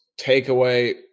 takeaway